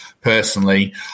personally